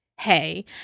hey